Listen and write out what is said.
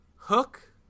Hook